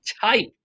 type